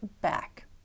back